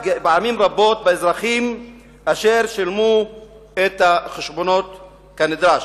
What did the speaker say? גם אבוא ואצהיר פה מעל הדוכן שיש דברים שאנחנו תמימי דעים בהם.